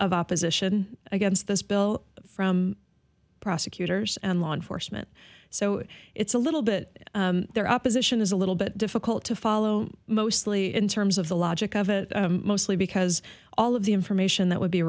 of opposition against this bill from prosecutors and law enforcement so it's a little bit their opposition is a little bit difficult to follow mostly in terms of the logic of it mostly because all of the information that would be